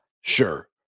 Sure